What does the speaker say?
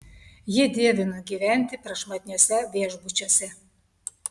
ji dievino gyventi prašmatniuose viešbučiuose